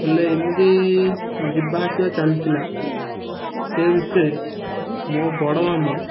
ହେଲେ ଏମିତି ଯିବା ଆସିବା ଚାଲିଥିଲା ସେ ଭିତରେ ମୋ ବଡ଼ ମାମୁଁ